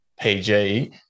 PG